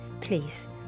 please